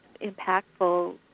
impactful